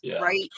right